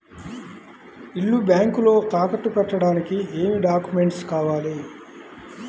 ఇల్లు బ్యాంకులో తాకట్టు పెట్టడానికి ఏమి డాక్యూమెంట్స్ కావాలి?